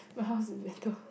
my house is better